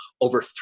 over